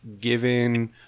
given